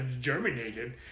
germinated